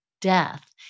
death